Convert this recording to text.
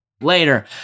later